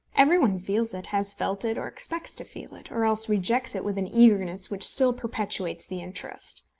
every one feels it, has felt it, or expects to feel it or else rejects it with an eagerness which still perpetuates the interest.